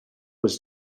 was